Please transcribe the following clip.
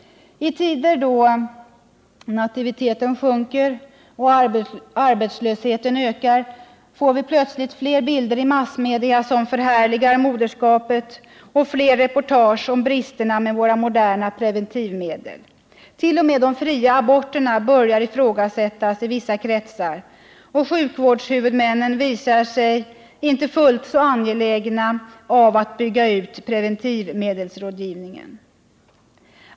I tider då nativiteten sjunker och arbetslösheten ökar får vi plötsligt fler bilder i massmedia som förhärligar moderskapet och fler reportage om bristerna med våra moderna preventivmedel. T. o. m. de fria aborterna börjar ifrågasättas i vissa kretsar, och sjukvårdshuvudmännen visar sig inte längre fullt så angelägna om att bygga ut preventivmedelsrådgivningen.